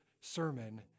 sermon